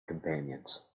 companions